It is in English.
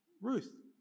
Ruth